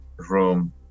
room